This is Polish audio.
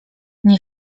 nie